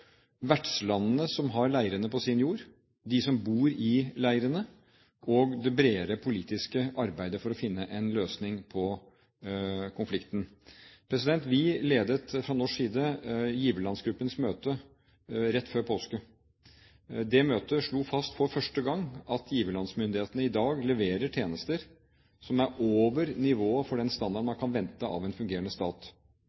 vertslandene som har leirene på sin jord, de som bor i leirene, og det bredere politiske arbeidet for å finne en løsning på konflikten. Vi ledet, fra norsk side, giverlandsgruppens møte rett før påske. Det møtet slo fast for første gang at giverlandsmyndighetene i dag leverer tjenester som er over nivået for den